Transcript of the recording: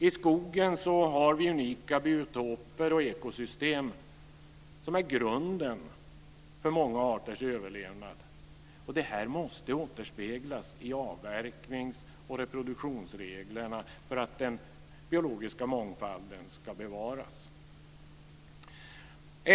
I skogen har vi unika biotoper och ekosystem som utgör grunden för många arters överlevnad. Detta måste återspeglas i avverknings och reproduktionsreglerna för att den biologiska mångfalden ska kunna bevaras.